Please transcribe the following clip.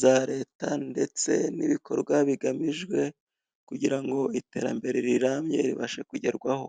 za leta, ndetse n'ibikorwa bigamijwe, kugira ngo iterambere rirambye ribashe kugerwaho.